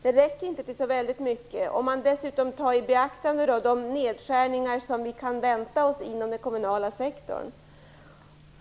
Det räcker inte till så mycket, om man dessutom tar i beaktande de nedskärningar som vi kan vänta oss inom den kommunala sektorn.